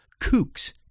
Kooks